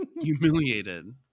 Humiliated